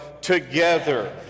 together